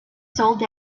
sold